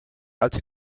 alte